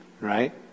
right